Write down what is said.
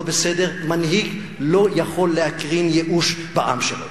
מנהיג לא יכול להקרין ייאוש לעם שלו.